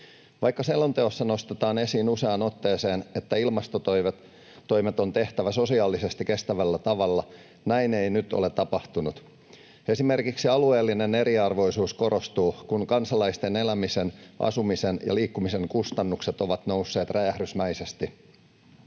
Vaikka selonteossa nostetaan esiin useaan otteeseen, että ilmastotoimet on tehtävä sosiaalisesti kestävällä tavalla, näin ei nyt ole tapahtunut. Esimerkiksi alueellinen eriarvoisuus korostuu, kun kansalaisten elämisen, asumisen ja liikkumisen kustannukset ovat nousseet räjähdysmäisesti.